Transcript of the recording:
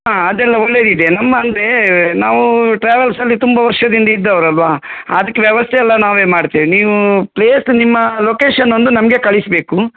ಹಾಂ ಅದೆಲ್ಲ ಒಳ್ಳೆದಿದೆ ನಮ್ಮ ಅಂದರೆ ನಾವು ಟ್ರಾವೆಲ್ಸಲ್ಲಿ ತುಂಬ ವರ್ಷದಿಂದ ಇದ್ದವ್ರು ಅಲ್ವಾ ಅದ್ಕೆ ವ್ಯವಸ್ಥೆಯೆಲ್ಲ ನಾವೇ ಮಾಡ್ತೇವೆ ನೀವು ಪ್ಲೇಸ್ ನಿಮ್ಮ ಲೊಕೇಶನ್ ಒಂದು ನಮಗೆ ಕಳಿಸಬೇಕು